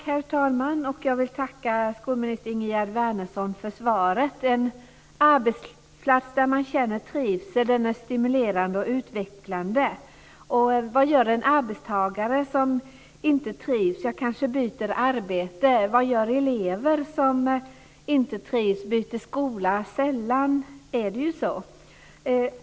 Herr talman! Jag vill tacka skolminister Ingegerd Wärnersson för svaret. En arbetsplats där man känner trivsel är stimulerande och utvecklande. Vad gör en arbetstagare som inte trivs? Han eller hon kanske byter arbete. Vad gör elever som inte trivs? Byter de skola? Det gör de sällan.